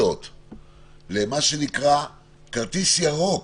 פיילוט למה שנקרא כרטיס ירוק,